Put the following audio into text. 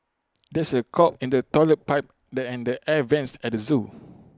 there is A clog in the Toilet Pipe the and the air Vents at the Zoo